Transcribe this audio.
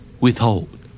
Withhold